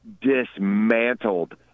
dismantled